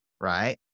Right